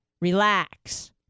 Relax